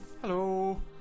hello